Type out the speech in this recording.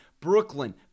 Brooklyn